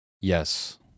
Yes